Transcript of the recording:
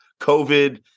COVID